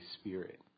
Spirit